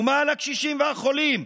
ומה עם הקשישים והחולים?